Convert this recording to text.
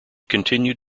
continued